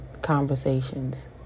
conversations